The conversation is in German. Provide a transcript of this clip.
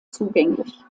zugänglich